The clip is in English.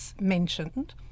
mentioned